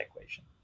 equation